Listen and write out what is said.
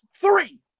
three